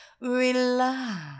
Relax